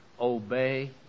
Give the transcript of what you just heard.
obey